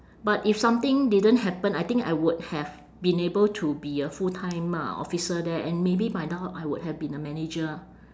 but if something didn't happen I think I would have been able to be a full-time uh officer there and maybe by now I would have been a manager